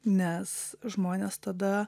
nes žmonės tada